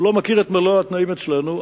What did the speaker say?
הוא לא מכיר את מלוא התנאים אצלנו.